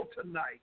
Tonight